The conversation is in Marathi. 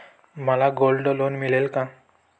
मला गोल्ड लोन मिळेल का?